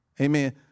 Amen